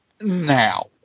now